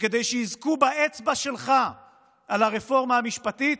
שכדי שיזכו באצבע שלך על הרפורמה המשפטית,